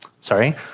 sorry